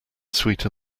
sweeter